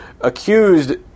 accused